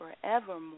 forevermore